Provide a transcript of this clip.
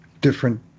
different